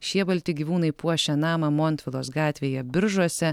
šie balti gyvūnai puošia namą montvilos gatvėje biržuose